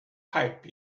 pipe